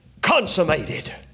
consummated